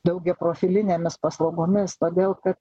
daugiaprofilinėmis paslaugomis todėl kad